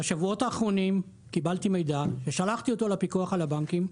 בשבועות האחרונים קיבלתי מידע ושלחתי אותו לפיקוח על הבנקים.